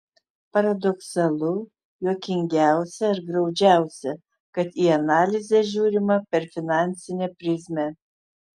paradoksalu juokingiausia ar graudžiausia kad į analizę žiūrima per finansinę prizmę